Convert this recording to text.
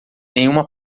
nenhuma